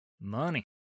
Money